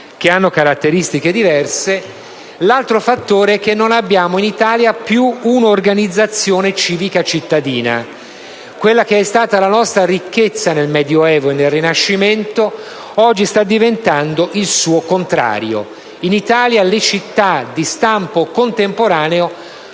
che hanno caratteristiche diverse. L'altro fattore è che in Italia non abbiamo più un'organizzazione civica cittadina: quella che è stata la nostra ricchezza nel Medioevo e nel Rinascimento oggi sta diventando il suo contrario. In Italia le città di stampo contemporaneo